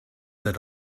that